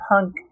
punk